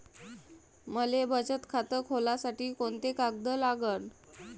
मले बचत खातं खोलासाठी कोंते कागद लागन?